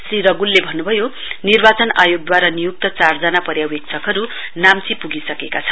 श्री रग्लले भन्न्भयो निर्वाचन आयोगद्वारा निय्क्त चारजना पर्यावेक्षकहरु नाम्ची पुगेका छन्